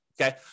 okay